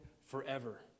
forever